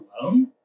alone